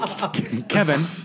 Kevin